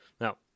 now